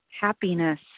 happiness